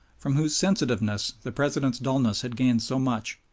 from whose sensitiveness the president's dullness had gained so much,